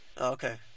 Okay